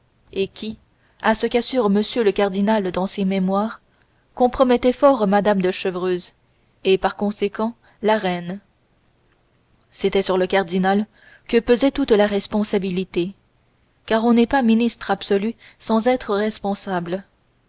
et qui à ce qu'assure m le cardinal dans ses mémoires compromettaient fort mme de chevreuse et par conséquent la reine c'était sur le cardinal que pesait toute la responsabilité car on n'est pas ministre absolu sans être responsable